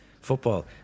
football